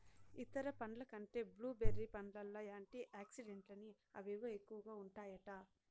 ఇతర పండ్ల కంటే బ్లూ బెర్రీ పండ్లల్ల యాంటీ ఆక్సిడెంట్లని అవేవో ఎక్కువగా ఉంటాయట